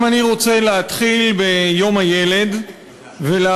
גם אני רוצה להתחיל ביום זכויות הילד ולהביא